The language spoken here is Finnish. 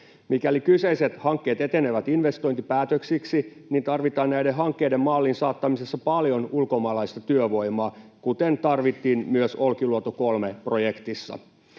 Mikäli kyseiset hankkeet etenevät investointipäätöksiksi, niin tarvitaan näiden hankkeiden maaliin saattamisessa paljon ulkomaalaista työvoimaa, kuten tarvittiin myös Olkiluoto 3 ‑projektissa.